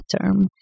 term